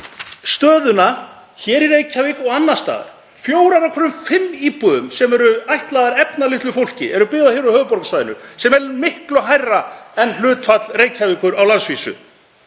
stöðuna hér í Reykjavík og annars staðar. Fjórar af hverjum fimm íbúðum sem eru ætlaðar efnalitlu fólki eru byggðar hér á höfuðborgarsvæðinu sem er miklu hærra en hlutfallið ætti að vera á landsvísu.